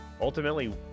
Ultimately